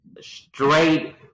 straight